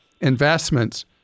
investments